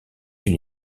une